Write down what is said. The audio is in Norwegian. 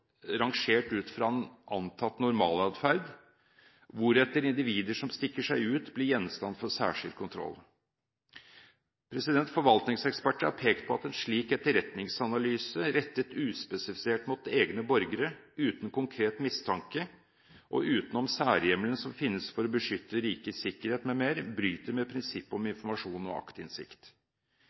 rangert ut fra en antatt normaladferd, hvoretter individer som stikker seg ut, blir gjenstand for særskilt kontroll. Forvaltningseksperter har pekt på at en slik etterretningsanalyse rettet uspesifisert mot egne borgere uten konkret mistanke, og utenom særhjemmelen som finnes for å beskytte rikets sikkerhet m.m., bryter med prinsippet om informasjon og